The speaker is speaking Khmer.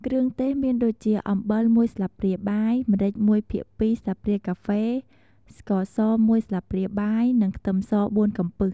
គ្រឿងទេសមានដូចជា អំបិល ១ស្លាបព្រាបាយ ម្រេច ១ភាគ២ ស្លាបព្រាកាហ្វេ ស្ករស ១ស្លាបព្រាបាយ និងខ្ទឹមស ៤កំពឹស។